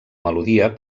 melodia